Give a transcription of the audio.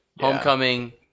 Homecoming